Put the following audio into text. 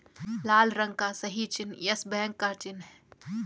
लाल रंग का सही चिन्ह यस बैंक का चिन्ह है